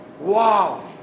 wow